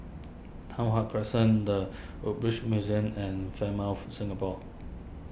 Tai Hwan Crescent the Woodbridge Museum and Fairmont Singapore